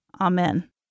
Amen